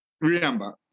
remember